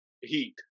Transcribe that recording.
heat